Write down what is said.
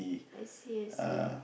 I see I see